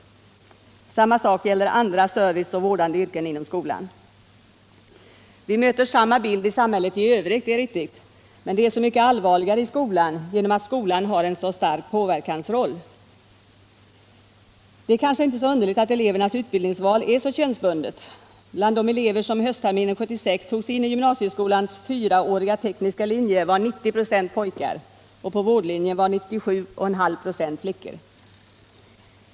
Samma sak gäller andra vårdande yrken och serviceyrken inom skolan. Vi möter samma bild i samhället i övrigt — det är riktigt — men det är så mycket allvarligare i skolan genom att skolan har så stor påverkan. Det är kanske inte så underligt att elevernas utbildningsval är så könsbundet. Bland de elever som höstterminen 1976 togs in på gymnasieskolans fyraåriga tekniska linje var 90 96 pojkar, och på vårdlinjen var 97,5 96 flickor.